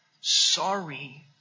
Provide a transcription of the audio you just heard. sorry